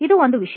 ಇದು ಒಂದು ವಿಷಯ